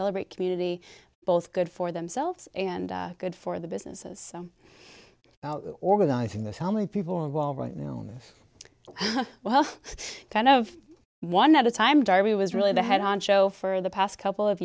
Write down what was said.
celebrate community both good for themselves and good for the businesses so organizing this how many people on wall right now well kind of one at a time darby was really the head honcho for the past couple of